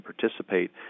participate